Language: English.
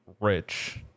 rich